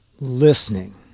Listening